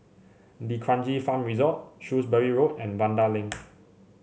D'Kranji Farm Resort Shrewsbury Road and Vanda Link